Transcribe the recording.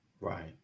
right